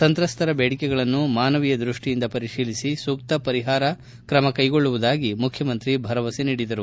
ಸಂತ್ರಸ್ತರ ಬೇಡಿಕೆಗಳನ್ನು ಮಾನವೀಯ ದೃಷ್ಟಿಯಿಂದ ಪರಿಶೀಲಿಸಿ ಸೂಕ್ತ ಪರಿಹಾರ ಕ್ರಮ ಕೈಗೊಳ್ಳುವುದಾಗಿ ಮುಖ್ಣಮಂತ್ರಿ ಭರವಸೆ ನೀಡಿದರು